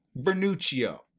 Vernuccio